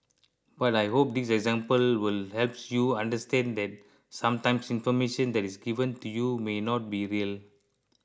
but I hope this example will helps you understand that sometimes information that is given to you may not be real